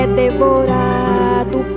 devorado